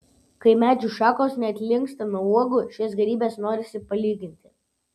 kai medžių šakos net linksta nuo uogų šias gėrybes norisi palyginti